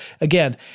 Again